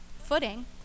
footing